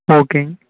ஓகேங்க